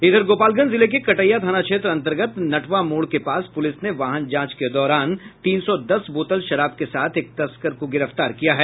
इधर गोपालगंज जिले के कटैया थाना क्षेत्र अंतर्गत नटवा मोड़ के पास पुलिस ने वाहन जांच के दौरान तीन सौ दस बोतल शराब के साथ एक तस्कर को गिरफ्तार किया है